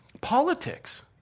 Politics